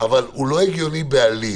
אבל הוא לא הגיוני בעליל.